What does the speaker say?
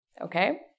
Okay